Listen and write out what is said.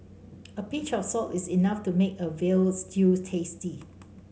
a pinch of salt is enough to make a veal stew tasty